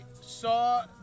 saw